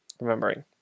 remembering